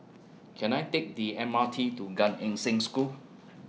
Can I Take The M R T to Gan Eng Seng School